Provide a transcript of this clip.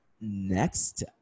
Next